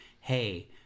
hey